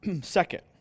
Second